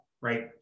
right